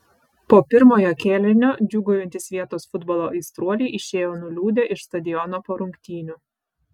po pirmojo kėlinio džiūgaujantys vietos futbolo aistruoliai išėjo nuliūdę iš stadiono po rungtynių